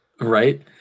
Right